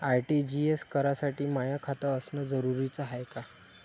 RTGS करासाठी माय खात असनं जरुरीच हाय का?